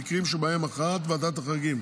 במקרים שבהם הכרעת ועדת החריגים